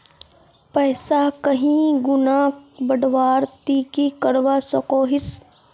पैसा कहीं गुणा बढ़वार ती की करवा सकोहिस?